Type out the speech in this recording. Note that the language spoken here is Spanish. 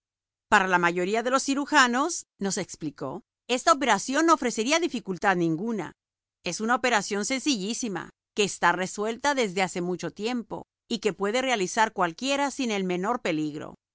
para la mayoría de los cirujanos nos explicó esta operación no ofrecería dificultad ninguna es una operación sencillísima que está resuelta desde hace mucho tiempo y que puede realizar cualquiera sin el menor peligro